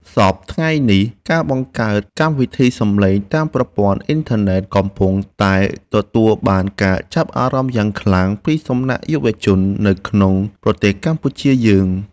សព្វថ្ងៃនេះការបង្កើតកម្មវិធីសំឡេងតាមប្រព័ន្ធអ៊ីនធឺណិតកំពុងតែទទួលបានការចាប់អារម្មណ៍យ៉ាងខ្លាំងពីសំណាក់យុវជននៅក្នុងប្រទេសកម្ពុជាយើង។